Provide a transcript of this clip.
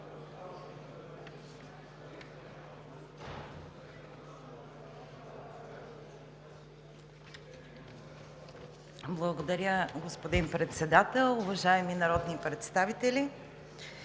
Благодаря, господин Председател. Уважаеми народни представители,